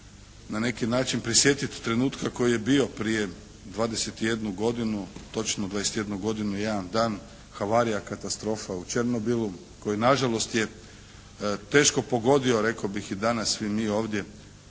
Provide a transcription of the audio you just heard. na neki način prisjetiti trenutka koji je bio prije 21 godinu, točno 21 godinu i jedan dan havarija katastrofe u Černobilu koji nažalost je teško pogodio rekao bih i danas svi mi ovdje